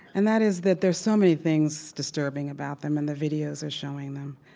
and that is that there's so many things disturbing about them, and the videos are showing them.